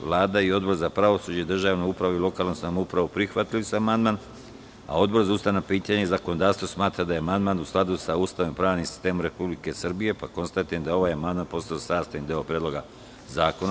Vlada i Odbor za pravosuđe, državnu upravu i lokalnu samoupravu prihvatili su amandman, a Odbor za ustavna pitanja i zakonodavstvo smatra da je amandman u skladu sa Ustavom i pravnim sistemom Republike Srbije, pa konstatujem da je ovaj amandman postao sastavni deo Predloga zakona.